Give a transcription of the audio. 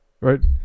Right